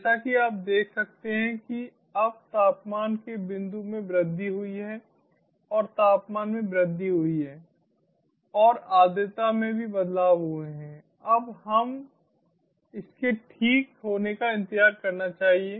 जैसा कि आप देख सकते हैं कि अब तापमान के बिन्दु में वृद्धि हुई है और तापमान में वृद्धि हुई है और आर्द्रता में भी बदलाव हुए हैं अब हमें इसके ठीक होने का इंतजार करना चाहिए